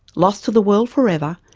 lost to the world forever,